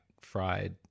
fried